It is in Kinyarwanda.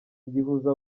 gihuza